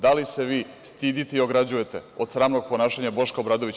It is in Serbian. Da li se vi stidite i ograđujete od sramnog ponašanja Boška Obradovića?